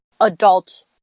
adult